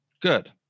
Good